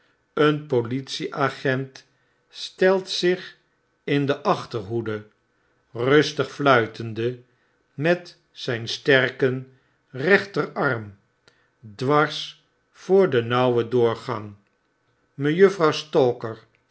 een politieagent stelt zich in de achterhoede rustig fluitende met zyn sterken rechterarm dwars voor den nauwen doorgang mejuffrouw stalker